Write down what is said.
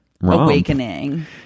awakening